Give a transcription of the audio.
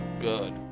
Good